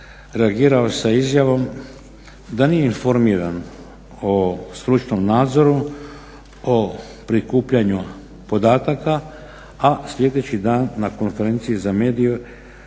reagirao sa izjavom da nije informiran o stručnom nadzoru, o prikupljanju podataka, a sljedeći dan na konferenciji za medije